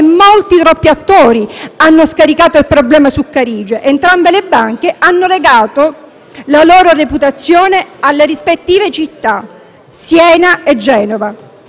molti, troppi attori hanno scaricato il problema su Carige. Entrambe le banche hanno legato la loro reputazione alle rispettive città, Siena e Genova,